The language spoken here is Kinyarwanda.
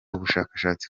ubushakashatsi